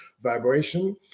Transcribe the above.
vibration